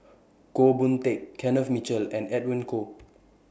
Goh Boon Teck Kenneth Mitchell and Edwin Koek